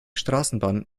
straßenbahn